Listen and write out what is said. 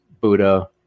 buddha